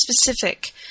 specific –